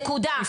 נקודה.